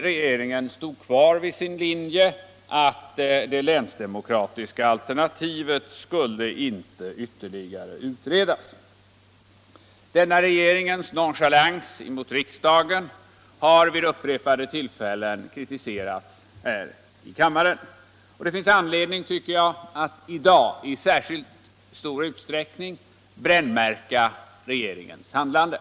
Regeringen stod kvar vid sin linje att det länsdemokratiska alternativet inte skulle ytterligare utredas. Denna regeringens nonchalans mot riksdagen har vid upprepade tillfällen kritiserats här i kammaren, och det finns anledning, tycker jag, att i dag i särskilt stor utsträckning brännmärka regeringens handlande.